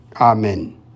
Amen